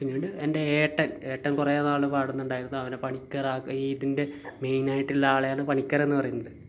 പിന്നീട് എൻ്റെ ഏട്ടൻ ഏട്ടൻ കുറേ നാൾ പാടുന്നുണ്ടായിരുന്നു അവനെ പണിക്കറാ ഇതിൻ്റെ മെയിൻ ആയിട്ടുള്ള ആളെയാണ് പണിക്കർ എന്ന് പറയുന്നത്